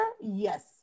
Yes